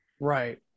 Right